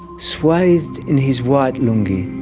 swathed in his white lungi,